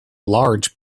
large